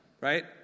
Right